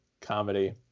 comedy